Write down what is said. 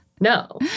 no